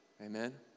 amen